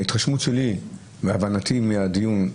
ההתרשמות שלי מהבנתי מהדיון,